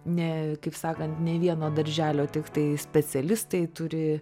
ne kaip sakant ne vieno darželio tiktai specialistai turi